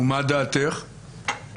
ומה דעתך?